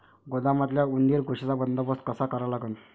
गोदामातल्या उंदीर, घुशीचा बंदोबस्त कसा करा लागन?